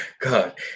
god